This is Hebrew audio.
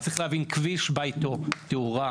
וצריך להבין: כביש באה איתו תאורה,